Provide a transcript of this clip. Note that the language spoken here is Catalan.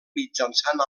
mitjançant